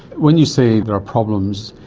when you say there are problems,